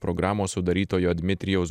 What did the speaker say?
programos sudarytojo dmitrijaus